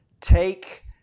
take